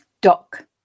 Dock